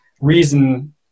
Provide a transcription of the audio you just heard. reason